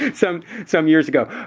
some some years ago.